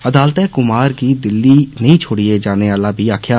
अदालतै कुमार गी दिल्ली नेई छोड़ियै जानै आला बी आक्खेआ